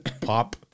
Pop